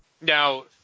Now